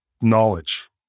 knowledge